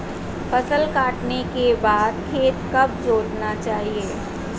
फसल काटने के बाद खेत कब जोतना चाहिये?